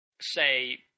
say